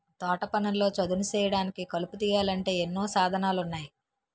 తోటపనుల్లో చదును సేయడానికి, కలుపు తీయాలంటే ఎన్నో సాధనాలున్నాయి